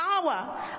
power